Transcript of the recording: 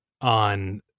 on